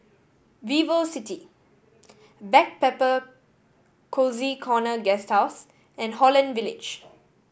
VivoCity Backpacker Cozy Corner Guesthouse and Holland Village